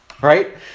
right